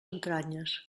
entranyes